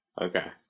Okay